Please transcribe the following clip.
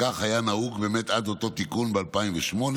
כך היה נהוג עד אותו תיקון ב-2008.